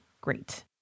great